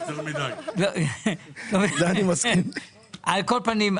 על כל פנים,